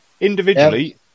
Individually